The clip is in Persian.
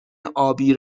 ابی